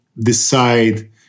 decide